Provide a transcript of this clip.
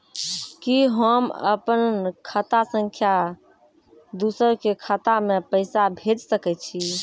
कि होम अपन खाता सं दूसर के खाता मे पैसा भेज सकै छी?